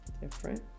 different